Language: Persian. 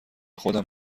خودم